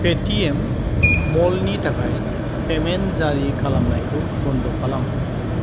Paytm मलनि थाखाय payment जारि खालामनायखो बन्द' खालाम